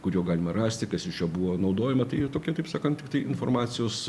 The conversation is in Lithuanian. kur jo galima rasti kas iš jo buvo naudojama tai tokia taip sakant tiktai informacijos